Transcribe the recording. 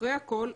אחרי הכול,